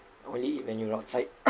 only eat when you're outside